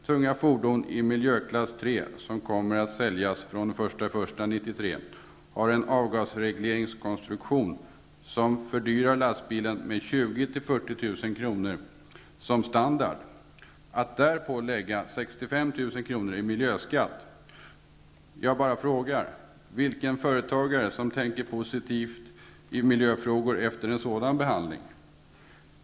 Tunga fordon i miljöklass 3 som kommer att säljas från den 1 januari 1993 har en avgasregleringskonstruktion som fördyrar lastbilen med 20 000--4000 kr. som standard. Därpå läggs 65 000 kr. i miljöskatt. Jag frågar bara: Vilken företagare tänker positivt i miljöfrågor efter en sådan behandling?